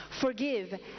forgive